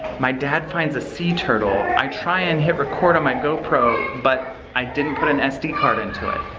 my dad finds a sea turtle. i try and hit record on my gopro, but i didn't put an sd card into it.